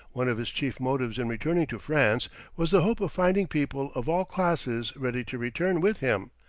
one of his chief motives in returning to france was the hope of finding people of all classes ready to return with him,